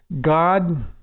God